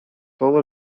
todo